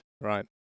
Right